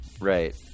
Right